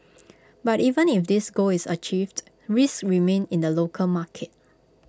but even if this goal is achieved risks remain in the local market